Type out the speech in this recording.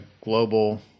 global